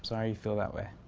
sorry you feel that way.